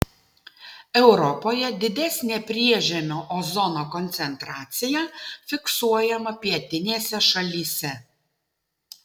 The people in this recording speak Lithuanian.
europoje didesnė priežemio ozono koncentracija fiksuojama pietinėse šalyse